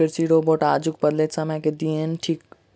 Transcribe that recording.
कृषि रोबोट आजुक बदलैत समय के देन थीक